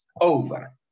over